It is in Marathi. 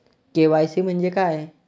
के.वाय.सी म्हंजे काय?